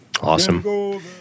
Awesome